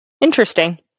Interesting